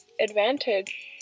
advantage